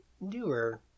Newer